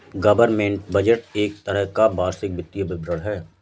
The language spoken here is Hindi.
गवर्नमेंट बजट एक तरह का वार्षिक वित्तीय विवरण है